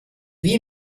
wie